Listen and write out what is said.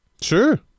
Sure